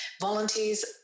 Volunteers